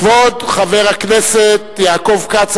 כבוד חבר הכנסת יעקב כץ,